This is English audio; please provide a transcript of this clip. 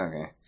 Okay